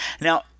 Now